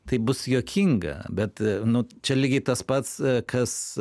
tai bus juokinga bet nu čia lygiai tas pats kas